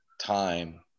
time